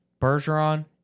Bergeron